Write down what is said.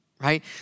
right